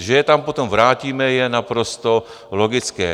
Že je tam potom vrátíme, je naprosto logické.